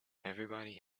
everybody